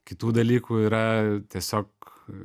kitų dalykų yra tiesiog